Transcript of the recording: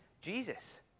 Jesus